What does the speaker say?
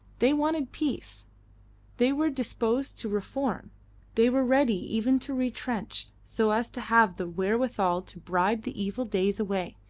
they wanted peace they were disposed to reform they were ready even to retrench, so as to have the wherewithal to bribe the evil days away,